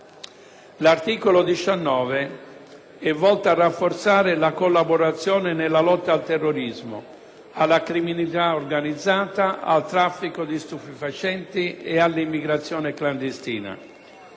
L'articolo 19 è volto a rafforzare la collaborazione nella lotta al terrorismo, alla criminalità organizzata, al traffico di stupefacenti e all'immigrazione clandestina.